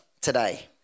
today